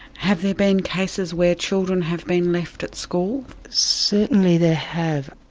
have there been cases where children have been left at school? certainly there have,